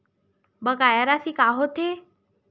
बकाया राशि का होथे?